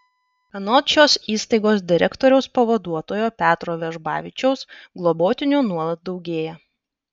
anot šios įstaigos direktoriaus pavaduotojo petro vežbavičiaus globotinių nuolat daugėja